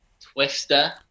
Twister